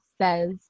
says